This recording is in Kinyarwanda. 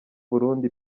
burundi